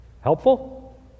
Helpful